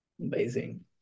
Amazing